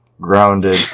grounded